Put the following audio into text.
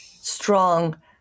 strong